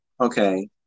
okay